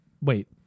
wait